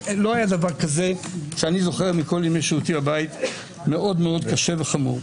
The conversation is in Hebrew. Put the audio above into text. לא היה דבר כזה שאני זוכר מכל ימי שהותי בבית שהוא מאוד קשה וחמור.